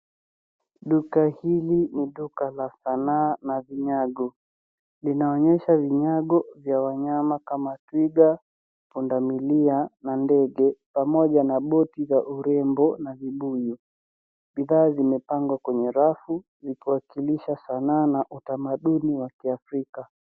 Duka hili ni duka la sanaa na vinyago . Linaonyesha vinyago vya wanyama kama twiga, pundamilia na ndege pamoja na boti za urembo na vibuyu. Bidhaa zimepangwa kwenye rafu ikiwakilisha sanaa na utamaduni wa kiafrika.